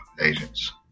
agents